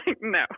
no